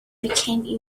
became